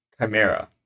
chimera